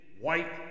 white